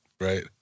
Right